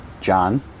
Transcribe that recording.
John